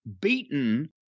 beaten